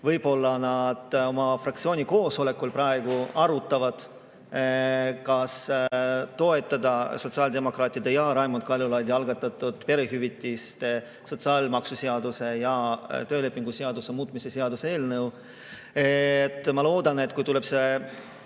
Võib-olla nad oma fraktsiooni koosolekul praegu arutavad, kas toetada sotsiaaldemokraatide ja Raimond Kaljulaidi algatatud perehüvitiste seadust, sotsiaalmaksuseadust ja töölepingu seadust muutva seaduse eelnõu. Ma loodan, et kui tuleb see